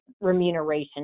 remuneration